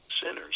sinners